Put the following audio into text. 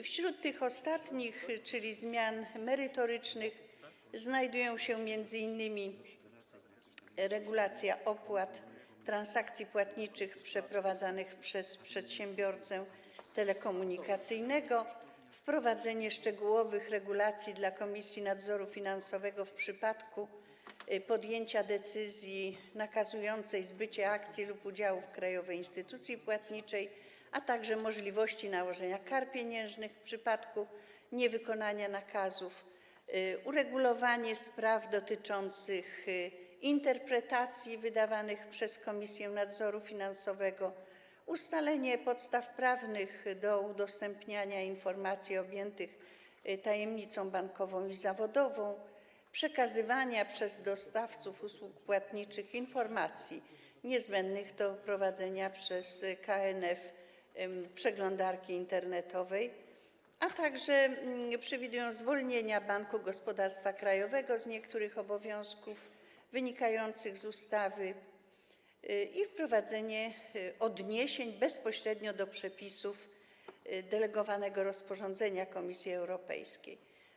Wśród tych ostatnich, czyli zmian merytorycznych, znajdują się m.in. te dotyczące regulacji opłat transakcji płatniczych przeprowadzanych przez przedsiębiorcę telekomunikacyjnego, wprowadzenia szczegółowych regulacji dla Komisji Nadzoru Finansowego w przypadku podjęcia decyzji nakazującej zbycie akcji lub udziałów krajowej instytucji płatniczej, a także możliwości nałożenia kar pieniężnych w przypadku niewykonania nakazów, uregulowania spraw dotyczących interpretacji wydawanych przez Komisję Nadzoru Finansowego, ustalenia podstaw prawnych do udostępniania informacji objętych tajemnicą bankową i zawodową, przekazywania przez dostawców usług płatniczych informacji niezbędnych do prowadzenia przez KNF przeglądarki internetowej, a także zwolnienia Banku Gospodarstwa Krajowego z niektórych obowiązków wynikających z ustawy i wprowadzenia odniesień bezpośrednio do przepisów delegowanego rozporządzenia Komisji Europejskiej.